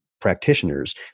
practitioners